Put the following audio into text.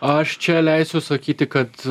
aš čia leisiu sakyti kad